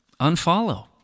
unfollow